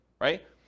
right